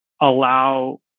allow